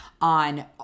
on